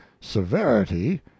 severity